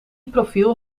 profiel